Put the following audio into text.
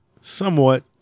somewhat